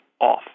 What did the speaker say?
off